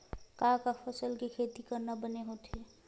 का का फसल के खेती करना बने होथे?